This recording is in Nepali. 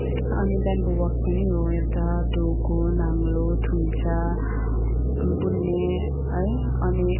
अनि ब्याम्बो वर्क पनि हो एउटा डोको नाङ्लो थुन्से बुन्ने है अनि